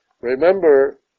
Remember